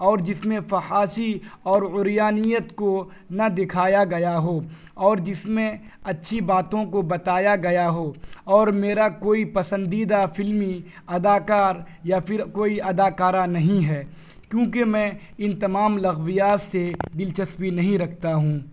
اور جس میں فحاشی اور عریانیت کو نہ دکھایا گیا ہو اور جس میں اچھی باتوں کو بتایا گیا ہو اور میرا کوئی پسندیدہ فلمی اداکار یا پھر کوئی اداکارہ نہیں ہے کیونکہ میں ان تمام لغویات سے دلچسپی نہیں رکھتا ہوں